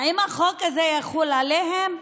האם החוק הזה יחול גם עליהם?